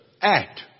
act